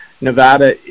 Nevada